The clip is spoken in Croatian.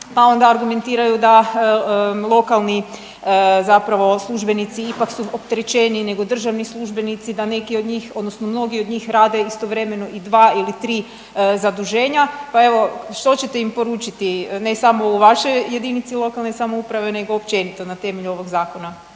pa onda argumentiraju da lokalni zapravo službenici ipak su opterećeniji nego državni službenici, da neki od njih odnosno mnogi od njih rade istovremeno i dva ili tri zaduženja, pa evo što ćete im poručiti ne samo u vašoj jedinici lokalne samouprave nego općenito na temelju ovog zakona.